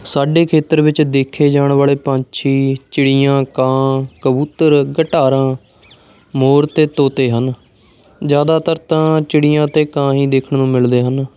ਸਾਡੇ ਖੇਤਰ ਵਿੱਚ ਦੇਖੇ ਜਾਣ ਵਾਲੇ ਪੰਛੀ ਚਿੜੀਆਂ ਕਾਂ ਕਬੂਤਰ ਘਟਾਰਾਂ ਮੋਰ ਅਤੇ ਤੋਤੇ ਹਨ ਜ਼ਿਆਦਾਤਰ ਤਾਂ ਚਿੜੀਆਂ ਅਤੇ ਕਾਂ ਹੀ ਦੇਖਣ ਨੂੰ ਮਿਲਦੇ ਹਨ